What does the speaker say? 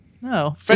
No